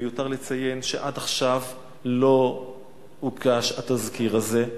מיותר לציין שעד עכשיו לא הוגש התזכיר הזה,